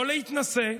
לא להתנשא.